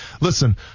listen